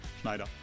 Schneider